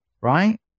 right